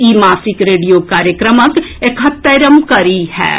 ई मासिक रेडियो कार्यक्रमक एकहत्तरिम कड़ी होयत